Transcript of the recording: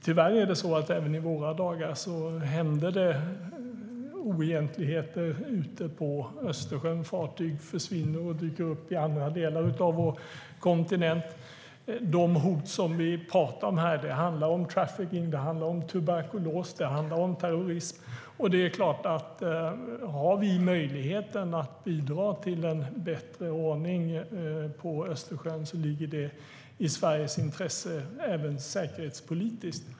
Tyvärr händer även i våra dagar oegentligheter ute på Östersjön. Fartyg försvinner och dyker upp i andra delar av vår kontinent. De hot som vi talar om här handlar om trafficking, tuberkulos, terrorism. Om vi har möjlighet att bidra till en bättre ordning på Östersjön ligger det i Sveriges intresse även säkerhetspolitiskt.